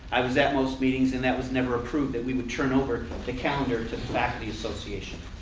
i was at most meetings and that was never approved that we would turn over the calendar to the faculty association.